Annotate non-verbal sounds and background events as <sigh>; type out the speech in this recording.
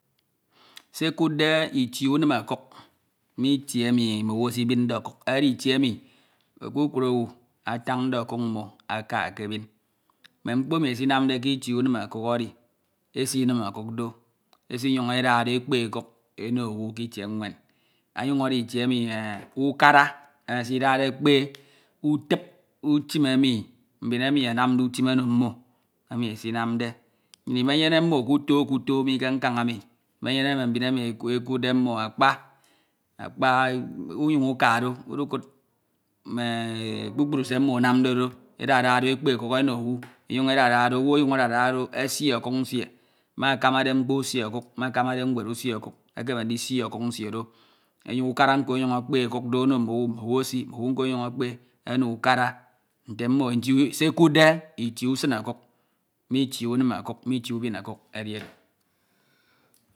. Se ekuudele itie imin okuk me itie emi mme owu esinbinae ọkuk edi itie emi kpukpru owu atande ọkuk mmo aka ekebin, mme mkpo emi esinanade ke ite unim okuk edi, esinim ọkuk do, esinyun eda do ekpe ọkuk eno mme owu ke itie nwen anyuñ edi itie emi ukana esidade ekpe utip eno mbin enamde utim eno mmo emi esinamde. Nnyin imenyene mmo kuto kuto mi ke nkan emi imenyene mi ke nkan emi imenyene mme mbin enu ekuudde mmo akpa, akpa umjuñ ukado ukado udukud mme <hesitation> kpukpru ee mmo enarnde do. Edada do ekpe ewo owu, emjuñ edada do owu ọnyuñ emjuñ edada do owu ọnyuñ adada do esi ọkuk nsie. Me akamade mkpo usu okuk me akamade nwed esii okuk ekeme ndisi okuk nsie do, ukan nko ọnyuñ ekpe ọkuk do ono mone owu. Mme owu esi, mme owu onyuñ ekpe ono ukara nte mmo se ekuudde itie unim ọkuk, me itie usin okuk, me itie ubin ọkuk edi oro.